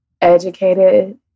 educated